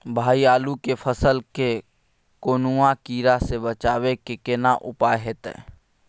भाई आलू के फसल के कौनुआ कीरा से बचाबै के केना उपाय हैयत?